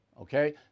okay